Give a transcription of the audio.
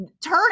turn